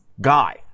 guy